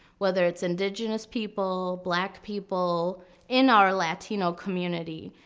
whether it's indigenous people, black people in our latino community.